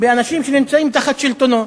באנשים שנמצאים תחת שלטונו,